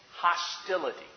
hostility